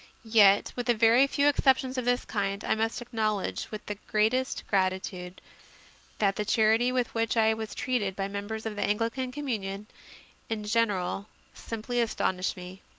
yet, with a very few exceptions of this kind, i must acknowledge with the greatest gratitude that the charity with which i was treated by members of the anglican communion in general simply as tonished me.